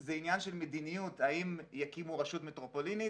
זה עניין של מדיניות האם יקימו רשות מטרופולינית